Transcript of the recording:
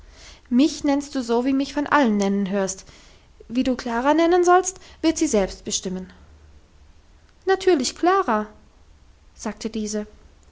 mich nennst du so wie du mich von allen nennen hörst wie du klara nennen sollst wird sie selbst bestimmen natürlich klara sagte diese